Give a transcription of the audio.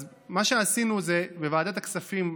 אז מה שעשינו בוועדת הכספים,